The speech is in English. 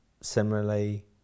similarly